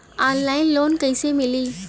Online loan कइसे मिली?